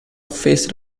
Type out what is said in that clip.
face